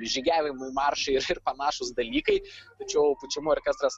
žygiavimai maršai panašūs dalykai tačiau pučiamųjų orkestras